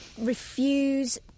refuse